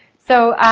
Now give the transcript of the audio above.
so